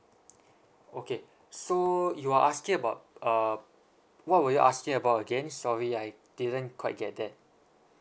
okay so you are asking about uh what were you asking about again sorry I didn't quite get that